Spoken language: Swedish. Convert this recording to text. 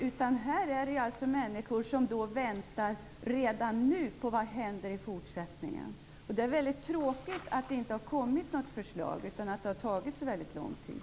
Det finns ju människor som väntar redan nu på vad som händer i fortsättningen. Det är mycket tråkigt att det inte har kommit något förslag utan att det tar så lång tid.